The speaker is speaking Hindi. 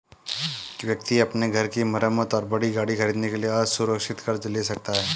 व्यक्ति अपने घर की मरम्मत और बड़ी गाड़ी खरीदने के लिए असुरक्षित कर्ज ले सकता है